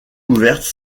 ouvertes